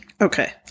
okay